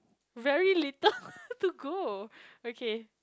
very little to go okay